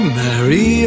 marry